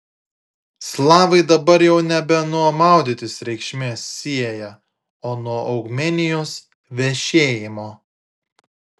slavai dabar jau nebe nuo maudytis reikšmės sieja o nuo augmenijos vešėjimo